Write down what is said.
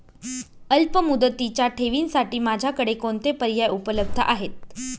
अल्पमुदतीच्या ठेवींसाठी माझ्याकडे कोणते पर्याय उपलब्ध आहेत?